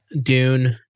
Dune